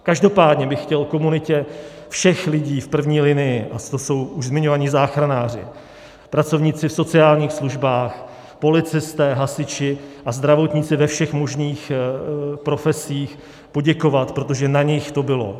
Každopádně bych chtěl komunitě všech lidí v první linii, ať to jsou už zmiňovaní záchranáři, pracovníci v sociálních službách, policisté, hasiči a zdravotníci ve všech možných profesích, poděkovat, protože na nich to bylo.